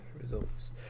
Results